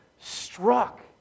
struck